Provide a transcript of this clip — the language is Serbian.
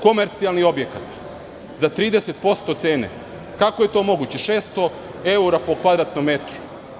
Komercijalni objekat za 30% cene, kako je to moguće, 600 evra po kvadratnom metru?